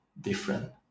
different